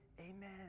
amen